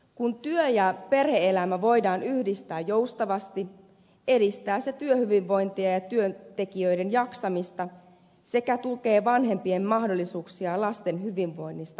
kun työ ja perhe elämä voidaan yhdistää joustavasti edistää se työhyvinvointia ja työntekijöiden jaksamista sekä tukee vanhempien mahdollisuuksia lasten hyvinvoinnista huolehtimiselle